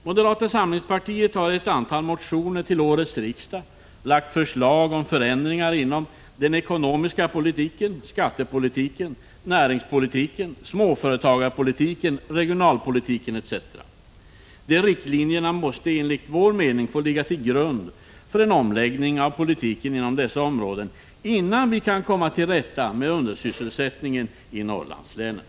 Moderata samlingspartiet har i ett antal motioner till årets riksmöte lagt fram förslag om förändringar inom den ekonomiska politiken, skattepolitiken, näringspolitiken, småföretagarpolitiken, regionalpolitiken, etc. De föreslagna riktlinjerna måste enligt vår mening få ligga till grund för en omläggning av politiken inom dessa områden, innan vi kan komma till rätta Prot. 1985/86:149 med undersysselsättningen i Norrlandslänen.